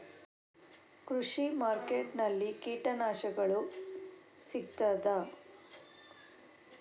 ಕೃಷಿಮಾರ್ಕೆಟ್ ನಲ್ಲಿ ಕೀಟನಾಶಕಗಳು ಸಿಗ್ತದಾ?